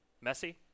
Messy